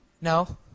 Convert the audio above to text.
No